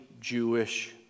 Jewish